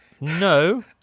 No